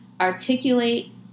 articulate